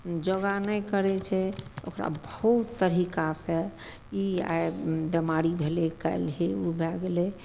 योगा नहि करय छै ओकरा बहुत तरीकासँ ई आइ बीमारी भेलय काल्हि हे उ भए गेलय